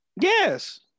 Yes